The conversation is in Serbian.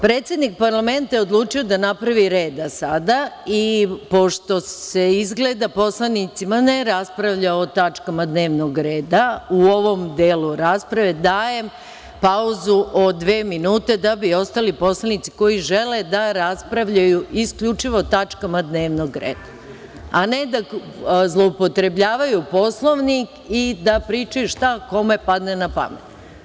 Predsednik parlamenta je odlučio da napravi red sada i pošto se izgleda poslanicima ne raspravlja o tačkama dnevnog reda u ovom delu rasprave, dajem pauzu od dva minuta da bi ostali poslanici koji žele da raspravljaju isključivo o tačkama dnevnog reda, a ne da zloupotrebljavaju Poslovnik ni da pričaju šta kome pada na pamet.